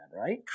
right